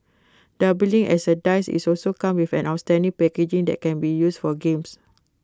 doubling as A dice IT also come with an outstanding packaging that can be used for games